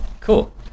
Cool